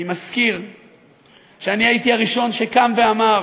אני מזכיר שאני הייתי הראשון שקם ואמר